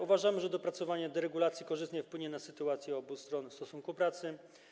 Uważamy, że dopracowanie deregulacji korzystnie wpłynie na sytuację obu stron stosunku pracy.